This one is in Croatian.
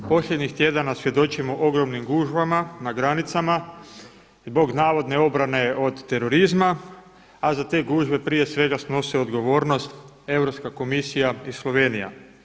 Posljednjih tjedana svjedočimo ogromnim gužvama na granicama zbog navodne obrane od terorizma, a za te gužve prije svega snose odgovornost Europska komisija i Slovenija.